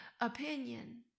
opinion